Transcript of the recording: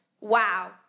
wow